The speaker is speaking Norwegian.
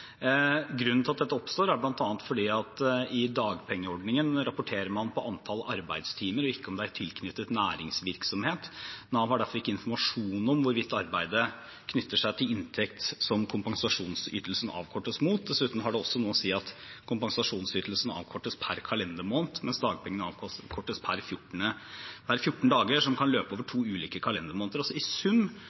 Grunnen til at dette oppstår, er bl.a. at man i dagpengeordningen rapporterer på antall arbeidstimer og ikke om det er tilknyttet næringsvirksomhet. Nav har derfor ikke informasjon om hvorvidt arbeidet knytter seg til inntekt som kompensasjonsytelsen avkortes mot. Dessuten har det også noe å si at kompensasjonsytelsen avkortes per kalendermåned, mens dagpengene avkortes per 14 dager, som kan løpe over to ulike kalendermåneder. I sum